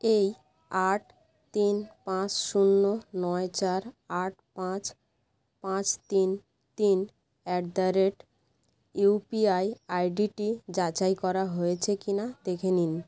এই আট তিন পাঁচ শূন্য নয় চার আট পাঁচ পাঁচ তিন তিন অ্যাট দ্য রেট ইউপিআই আইডিটি যাচাই করা হয়েছে কিনা দেখে নিন